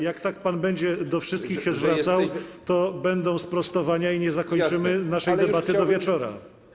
Jak tak będzie pan się do wszystkich zwracał, to będą sprostowania i nie zakończymy naszej debaty do wieczora.